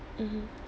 mmhmm